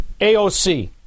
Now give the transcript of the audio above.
AOC